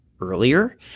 earlier